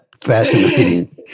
fascinating